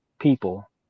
people